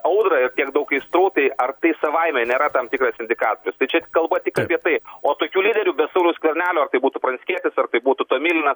audrą ir tiek daug aistrų tai ar tai savaime nėra tam tikras indikatorius tai čia kalba tik apie tai o tokių lyderių be sauliaus skvernelio ar tai būtų pranskietis ar tai būtų tomylina